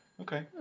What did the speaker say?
Okay